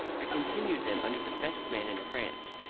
i continued them under the best man in france,